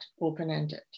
open-ended